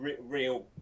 real